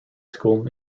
school